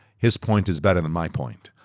his point is better than my point.